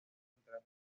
contra